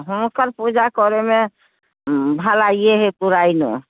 हाँ कल पूजा करैमे भलाइए हय बुराइ नहि